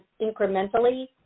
incrementally